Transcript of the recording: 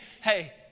Hey